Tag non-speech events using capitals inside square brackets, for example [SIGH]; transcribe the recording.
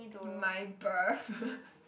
my birth [LAUGHS]